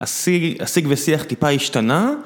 הסיג ושיח טיפה השתנה.